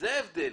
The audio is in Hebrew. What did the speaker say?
זה ההבדל.